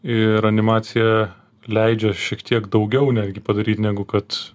ir animacija leidžia šiek tiek daugiau netgi padaryt negu kad